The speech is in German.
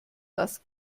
das